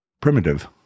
Primitive